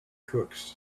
cooks